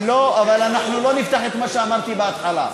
אבל אנחנו לא נפתח את מה שאמרתי בהתחלה.